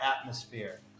Atmosphere